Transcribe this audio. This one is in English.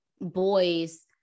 boys